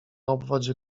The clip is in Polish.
obwodzie